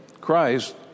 Christ